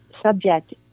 subject